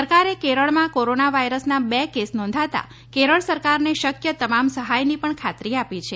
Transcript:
સરકારે કેરળમાં કોરોના વાયરસના બે કેસ નોંધાતા કેરળ સરકારને શક્ય તમામ સહાયની પણ ખાતરી આપી છે